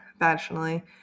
vaginally